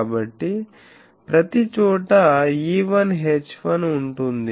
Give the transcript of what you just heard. కాబట్టి ప్రతిచోటా E1 H1 ఉంటుంది